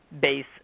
base